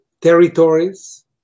territories